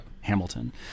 Hamilton